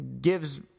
gives